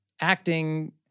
acting